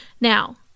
Now